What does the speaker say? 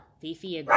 Fifi